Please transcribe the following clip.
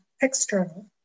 external